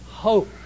Hope